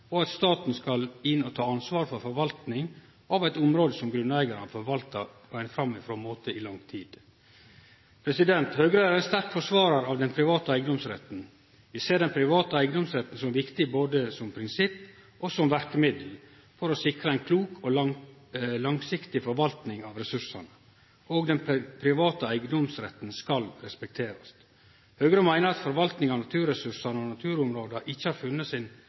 og at staten skal inn og ta over ansvaret for forvalting av eit område som grunneigarane har forvalta på ein framifrå måte i lang tid. Høgre er ein sterk forsvarar av den private eigedomsretten. Vi ser den private eigedomsretten som viktig både som prinsipp og som verkemiddel for å sikre ei klok og langsiktig forvalting av ressursane, og den private eigedomsretten skal respekterast. Høgre meiner at forvalting av naturressursane og naturområda ikkje har funne sin